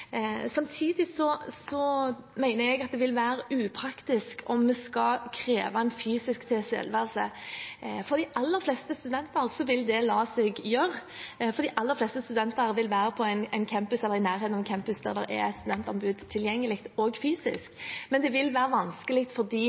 Samtidig mener jeg at det vil være upraktisk om vi skal kreve fysisk tilstedeværelse. De aller fleste studenter vil være på en campus eller i nærheten av en campus der det er studentombud tilgjengelig, også fysisk – så for de aller fleste studenter vil det la seg gjøre. Men det vil være vanskelig for de